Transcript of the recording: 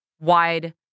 wide